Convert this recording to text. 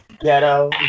ghetto